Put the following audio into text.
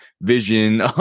Vision